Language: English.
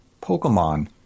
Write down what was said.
pokemon